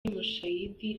mushayidi